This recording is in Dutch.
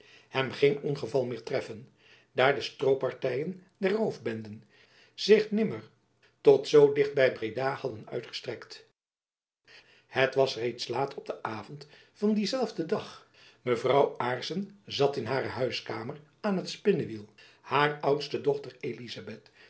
hem geen ongeval meer treffen daar de strooppartyen der roofbenden zich nimmer tot zoo dicht by breda hadden uitgestrekt het was reeds laat op den avond van dien zelfden dag mevrouw aarssen zat in hare huiskamer aan t spinnewiel haar oudste dochter elizabeth